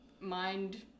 mind